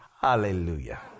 Hallelujah